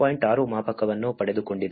6 ಮಾಪಕವನ್ನು ಪಡೆದುಕೊಂಡಿದೆ